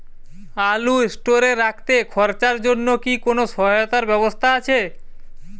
আলু স্টোরে রাখতে খরচার জন্যকি কোন সহায়তার ব্যবস্থা আছে?